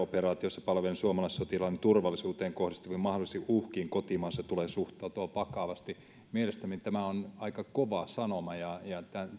operaatiossa palvelevan suomalaissotilaan turvallisuuteen kohdistuviin mahdollisiin uhkiin kotimaassa tulee suhtautua vakavasti mielestäni tämä on aika kova sanoma ja ja